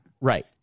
Right